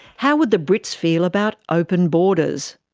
how would the brits feel about open borders?